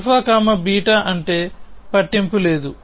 αβ అంటే పట్టింపు లేదు